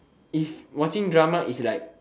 if watching drama is like